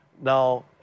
Now